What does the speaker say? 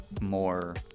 More